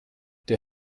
der